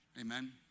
amen